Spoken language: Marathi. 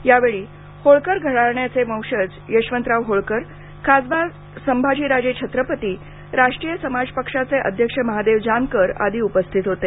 यावेळी होळकर घराण्याचे वंशज यशवंतराव होळकर खासदार संभाजीराजे छत्रपती राष्ट्रीय समाज पक्षाचे अध्यक्ष महादेव जानकर आदी उपस्थित होते